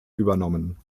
übernommen